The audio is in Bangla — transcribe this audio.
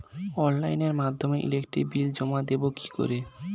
অনলাইনের মাধ্যমে ইলেকট্রিক বিল জমা দেবো কি করে?